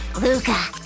Luca